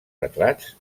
retrats